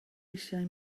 eisiau